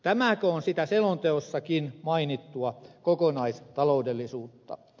tämäkö on sitä selonteossakin mainittua kokonaistaloudellisuutta